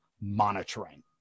monitoring